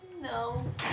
No